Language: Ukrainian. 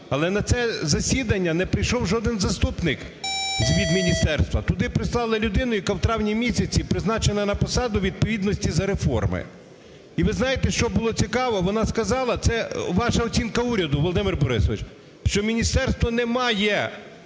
Але на це засідання не прийшов жоден заступник від міністерства. Туди прислали людину, яка в травні місяці призначена на посаду у відповідності за реформи. І ви знаєте, що було цікаво, вона сказала, це ваша оцінка уряду, Володимир Борисович, що міністерство не має